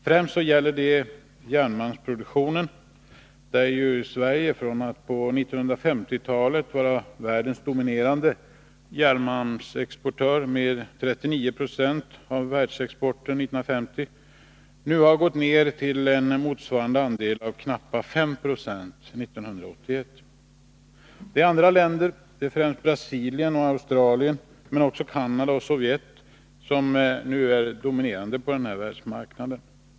Främst gäller detta järnmalmsproduktionen, där Sverige, från att på 1950-talet ha varit världens dominerande järnmalmsexportör med en andel av världsmarknaden på 39 26 år 1950, har gått ner till en motsvarande andel av knappa 5 90 år 1981. Andra länder, främst Brasilien och Australien, men också Kanada och Sovjet, är nu dominerande på denna världsmarknad.